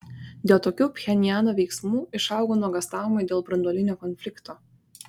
dėl tokių pchenjano veiksmų išaugo nuogąstavimai dėl branduolinio konflikto